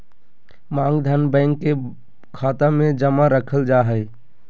मांग धन, बैंक के खाता मे जमा रखल जा हय